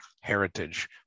heritage